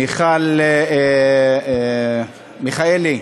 מיכל מיכאלי,